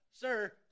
sir